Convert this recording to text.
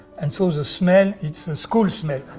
and so the smell, it's a school smell.